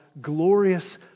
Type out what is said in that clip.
glorious